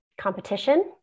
competition